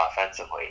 offensively